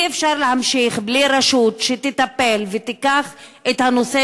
אי-אפשר להמשיך בלי רשות שתטפל ותעמיד את הנושא